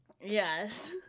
Yes